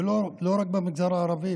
ולא רק במגזר הערבי,